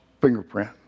fingerprint